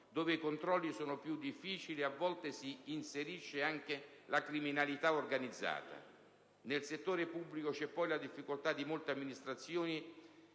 dove i controlli sono più difficili e a volte si inserisce anche la criminalità organizzata. Nel settore pubblico, vi è poi la difficoltà di molte amministrazioni